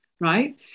right